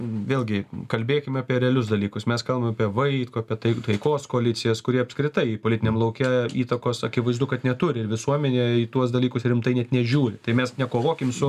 vėlgi kalbėkime apie realius dalykus mes kalbam apie vaitkų apie tai taikos koalicijas kurie apskritai politiniam lauke įtakos akivaizdu kad neturi ir visuomenė į tuos dalykus rimtai net nežiūri tai mes nekovokim su